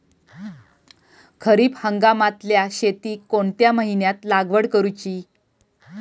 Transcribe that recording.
खरीप हंगामातल्या शेतीक कोणत्या महिन्यात लागवड करूची?